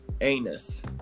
Anus